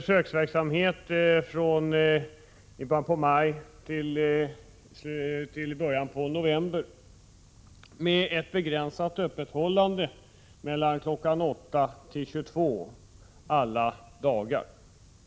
som pågått från i början av maj till i början av november, med begränsat öppethållande mellan kl. 8.00 och 22.00 alla dagar.